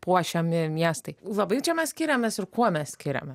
puošiami miestai labai čia mes skiriamės ir kuo mes skiriame